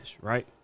right